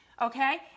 Okay